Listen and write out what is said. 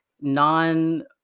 non